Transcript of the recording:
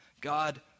God